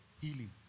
healing